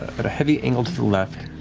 at a heavy angle to the left,